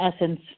essence